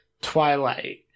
Twilight